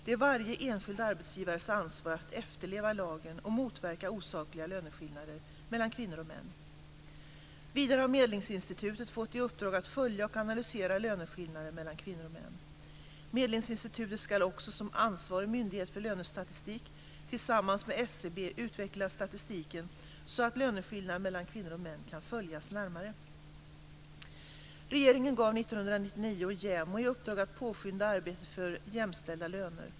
Det är varje enskild arbetsgivares ansvar att efterleva lagen och motverka osakliga löneskillnader mellan kvinnor och män. Vidare har Medlingsinstitutet fått i uppdrag att följa och analysera löneskillnader mellan kvinnor och män. Medlingsinstitutet ska också som ansvarig myndighet för lönestatistik tillsammans med SCB utveckla statistiken så att löneskillnader mellan kvinnor och män kan följas närmare. Regeringen gav 1999 JämO i uppdrag att påskynda arbetet för jämställda löner.